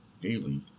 daily